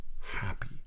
happy